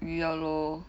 ya lor